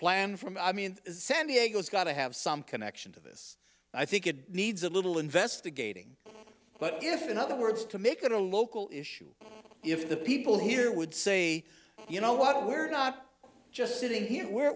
planned from i mean san diego's got to have some connection to this i think it needs a little investigating but if it in other words to make it a local issue if the people here would say you know what we're not just sitting here where